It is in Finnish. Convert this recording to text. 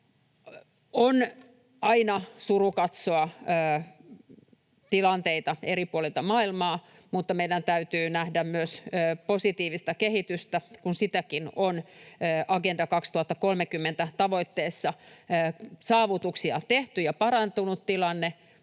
On aina suru katsoa tilanteita eri puolilta maailmaa, mutta meidän täytyy nähdä myös positiivista kehitystä, kun sitäkin on. Agenda 2030 -tavoitteessa saavutuksia on tehty ja tilanne